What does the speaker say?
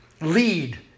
lead